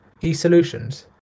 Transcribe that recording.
e-solutions